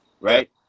Right